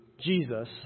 Jesus